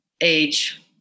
age